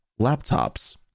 laptops